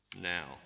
now